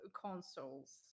consoles